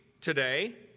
today